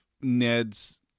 Ned's